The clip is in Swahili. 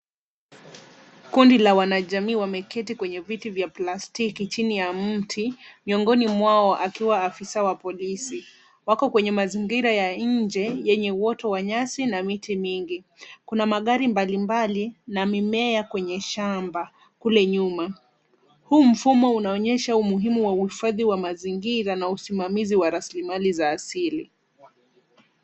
Kundi la wana jamii wameketi kwenye viti vya plastiki chini ya mti, miongoni mwao akiwa afisa wa polisi. Wako kwenye mazingira ya nje yenye uoto wa nyasi na miti mingi. Kuna magari mbalimbali na mimea kwenye shamba, kule nyuma. Huu mfumo unaonyesha umuhimu wa uhifadhi wa mazingira na usimamizi wa rasilimali za asili.